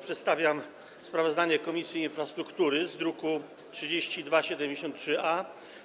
Przedstawiam sprawozdanie Komisji Infrastruktury z druku nr 3273-A